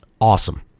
Awesome